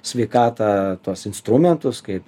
sveikatą tuos instrumentus kaip